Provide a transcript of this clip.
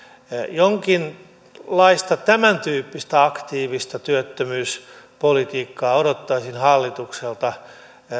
jonkinlaista tämäntyyppistä aktiivista työttömyyspolitiikkaa odottaisin hallitukselta